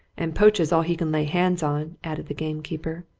and poaches all he can lay hands on, added the gamekeeper.